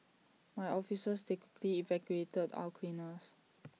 my officers they quickly evacuated our cleaners